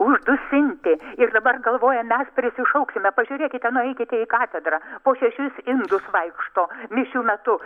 uždusinti ir dabar galvoja mes prisišauksime pažiūrėkite nueikite į katedrą po šešis indus vaikšto mišių metu